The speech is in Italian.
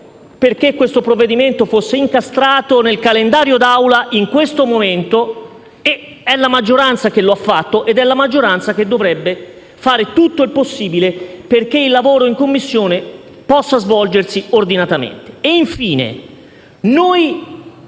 perché questo provvedimento fosse incastrato nel calendario dell'Assemblea in questo momento. È la maggioranza che lo ha fatto, e dovrebbe fare tutto il possibile perché il lavoro in Commissione possa svolgersi ordinatamente. Infine,